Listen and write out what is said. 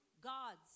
gods